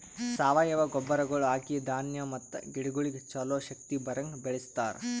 ಸಾವಯವ ಗೊಬ್ಬರಗೊಳ್ ಹಾಕಿ ಧಾನ್ಯ ಮತ್ತ ಗಿಡಗೊಳಿಗ್ ಛಲೋ ಶಕ್ತಿ ಬರಂಗ್ ಬೆಳಿಸ್ತಾರ್